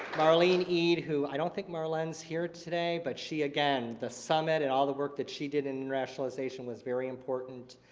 marlene eid who i don't think marlene's here today. but she, again the summit and all the work that she did in internationalization was very important.